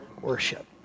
worship